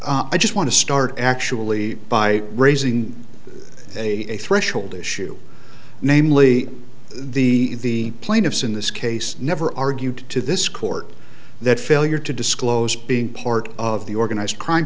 honors i just want to start actually by raising a threshold issue namely the plaintiffs in this case never argued to this court that failure to disclose being part of the organized crime